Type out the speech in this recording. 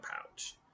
pouch